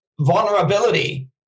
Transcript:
vulnerability